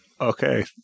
Okay